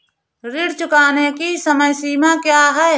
ऋण चुकाने की समय सीमा क्या है?